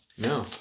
No